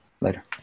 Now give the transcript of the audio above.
Later